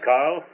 Carl